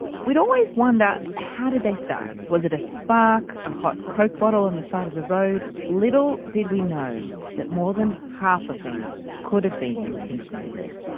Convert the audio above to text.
we'd always wonder how did they start? was it a spark, a hot coke bottle on the side of the road? little did we know that more than half of them could have been intentionally lit.